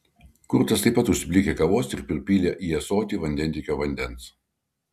kurtas taip pat užsiplikė kavos ir pripylė į ąsotį vandentiekio vandens